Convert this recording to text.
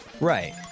Right